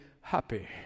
happy